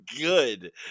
good